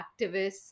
activists